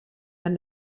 and